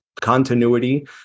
continuity